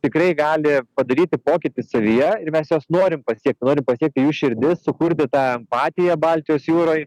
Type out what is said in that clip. tikrai gali padaryti pokytį savyje ir mes juos norim pasiekti norim pasiekti jų širdis sukurti tą empatiją baltijos jūroj